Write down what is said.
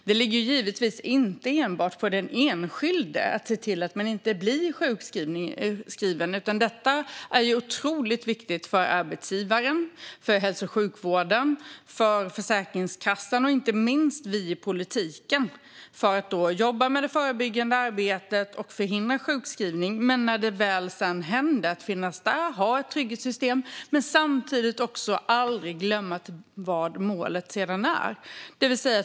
Det ligger inte enbart på den enskilde att se till att inte bli sjukskriven, utan det är otroligt viktigt att arbetsgivaren, hälso och sjukvården, Försäkringskassan och inte minst vi i politiken jobbar förebyggande och förhindrar sjukskrivning. När det väl händer ska vi finnas där med ett trygghetssystem och samtidigt aldrig glömma vad målet är.